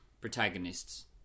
protagonists